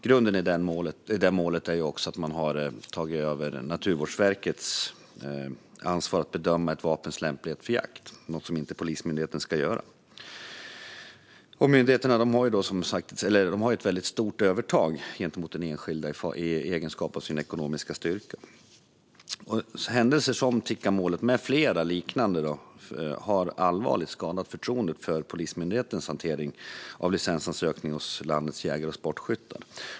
Grunden i det målet är att man har tagit över Naturvårdsverkets ansvar att bedöma ett vapens lämplighet för jakt, något som Polismyndigheten inte ska göra. Myndigheterna har ett väldigt stort övertag gentemot den enskilde genom sin ekonomiska styrka. Tikkamålet och andra liknande mål har allvarligt skadat förtroendet för Polismyndighetens hantering av licensansökningar hos landets jägare och sportskyttar.